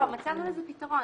מצאנו לזה פתרון.